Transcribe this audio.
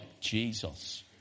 Jesus